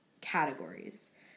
categories